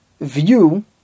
view